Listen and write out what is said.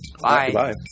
bye